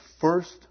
first